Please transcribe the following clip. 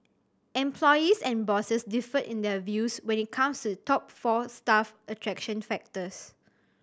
employees and bosses differed in their views when it comes to the top four staff attraction factors